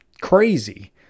crazy